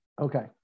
Okay